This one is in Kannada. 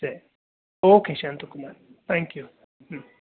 ಸರಿ ಓಕೆ ಶಾಂತಕುಮಾರ್ ಥ್ಯಾಂಕ್ ಯು ಹ್ಞೂ